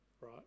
right